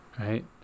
right